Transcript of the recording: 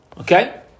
Okay